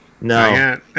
No